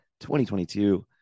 2022